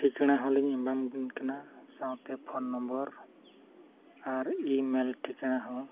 ᱴᱷᱤᱠᱟᱹᱱᱟ ᱦᱚᱞᱤᱧ ᱮᱢᱟᱵᱤᱱ ᱠᱟᱱᱟ ᱥᱟᱶᱛᱮ ᱯᱷᱳᱱ ᱱᱚᱢᱵᱚᱨ ᱟᱨ ᱤᱢᱮᱞ ᱴᱷᱤᱠᱟᱹᱱᱟ ᱦᱚᱸ